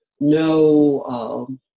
no